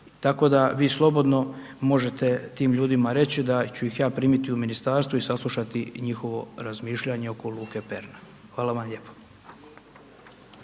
tako da vi slobodno možete tim ljudima reći da ću ih ja primiti u ministarstvo i saslušati njihovo razmišljanje oko luke Perna. Hvala vam lijepa.